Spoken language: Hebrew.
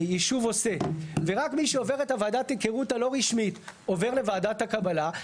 שהישוב עושה ורק מי שעובר את ועדת ההיכרות הלא רשמית עובר לוועדת הקבלה,